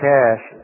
Cash